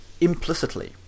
implicitly